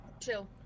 Chill